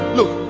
Look